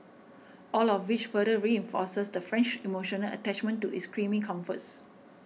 all of which further reinforces the French emotional attachment to its creamy comforts